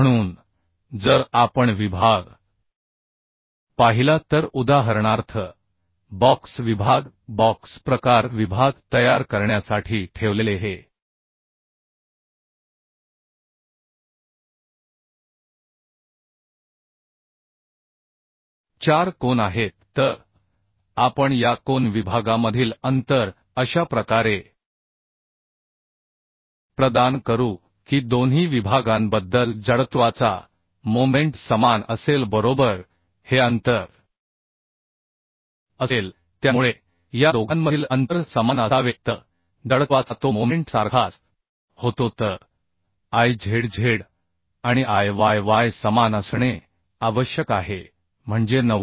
म्हणून जर आपण विभाग पाहिला तर उदाहरणार्थ बॉक्स विभाग बॉक्स प्रकार विभाग तयार करण्यासाठी ठेवलेले हे 4 कोन आहेत तर आपण या कोन विभागामधील अंतर अशा प्रकारे प्रदान करू की दोन्ही विभागांबद्दल जडत्वाचा मोमेन्ट समान असेल बरोबर हे अंतर असेल त्यामुळे या दोघांमधील अंतर समान असावे तर जडत्वाचा तो मोमेंट सारखाच होतो तर I z z आणि I y y समान असणे आवश्यक आहे म्हणजे 90